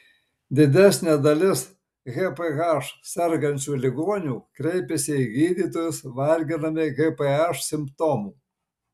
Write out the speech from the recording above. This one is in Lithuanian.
didesnė dalis gph sergančių ligonių kreipiasi į gydytojus varginami gph simptomų